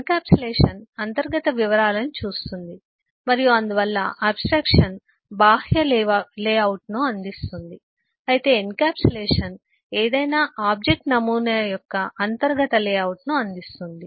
encapsulation అంతర్గత వివరాలను చూస్తుంది మరియు అందువల్ల ఆబ్స్ట్రాక్షన్ బాహ్య లేఅవుట్ను అందిస్తుంది అయితే ఎన్క్యాప్సులేషన్ ఏదైనా ఆబ్జెక్ట్ నమూనా యొక్క అంతర్గత లేఅవుట్ను అందిస్తుంది